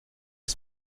les